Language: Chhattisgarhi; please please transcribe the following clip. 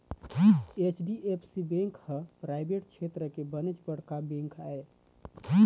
एच.डी.एफ.सी बेंक ह पराइवेट छेत्र के बनेच बड़का बेंक आय